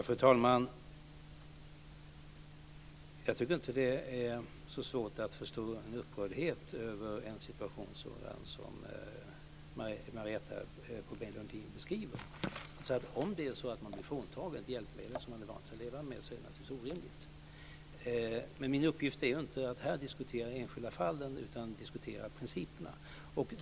Fru talman! Jag tycker inte att det är så svårt att förstå upprördheten över en sådan situation som Marietta de Pourbaix-Lundin beskriver. Om man blir fråntagen ett hjälpmedel som man har vant sig att leva med är det naturligtvis orimligt. Men min uppgift är inte att diskutera enskilda fall utan att diskutera principerna.